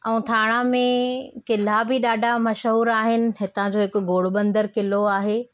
ऐं थाणा में क़िला बि ॾाढा मशहूरु आहिनि हितां जो हिकिड़ो गोड़बंदर क़िलो आहे